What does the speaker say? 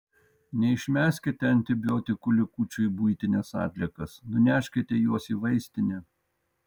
neišmeskite antibiotikų likučių į buitines atliekas nuneškite juos į vaistinę